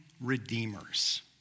redeemers